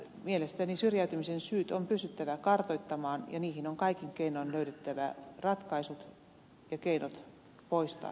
mielestäni syrjäytymisen syyt on pystyttävä kartoittamaan ja niihin on kaikin keinoin löydettävä ratkaisut ja keinot poistaa syrjäytymistä